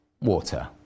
water